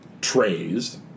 trays